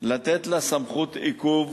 לתת לה סמכות עיכוב